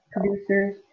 producers